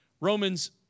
Romans